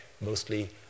mostly